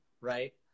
right